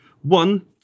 One